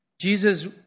Jesus